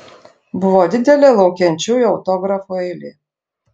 buvo didelė laukiančiųjų autografų eilė